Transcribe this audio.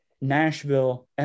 Nashville